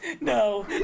no